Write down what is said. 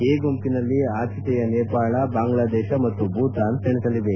A ಗುಂಪಿನಲ್ಲಿ ಆತಿಥೇಯ Nepal Bangladesh ಮತ್ತು ಭೂತಾನ್ ಸೆಣಸಲಿವೆ